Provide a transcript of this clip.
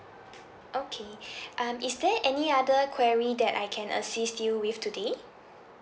okay um is there any other query that I can assist you with today